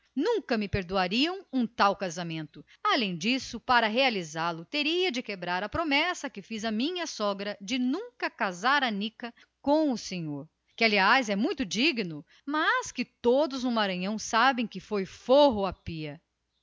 nunca me perdoariam um tal casamento além do que para realizá-lo teria que quebrar a promessa que fiz a minha sogra de não dar a neta senão a um branco de lei português ou descendente direto de portugueses o senhor é um moço muito digno muito merecedor de consideração mas foi forro à pia